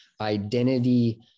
identity